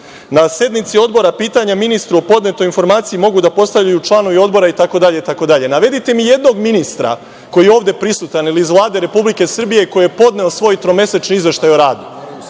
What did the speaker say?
Na sednici Odbora pitanja ministru o podnetoj informaciji mogu da postavljaju članovi odbora“, itd, itd. Navedite mi jednog ministra koji je ovde prisutan ili iz Vlade Republike Srbije koji je podneo svoj tromesečni izveštaj o radu.